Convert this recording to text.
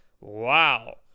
Wow